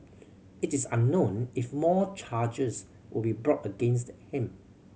it is unknown if more charges will be brought against him